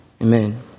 Amen